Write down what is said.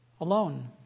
alone